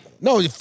No